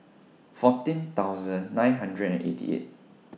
fourteen thousand nine hundred and eighty eight